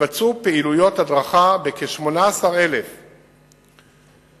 התבצעו פעולות הדרכה בכ-18,000 בתי-אב,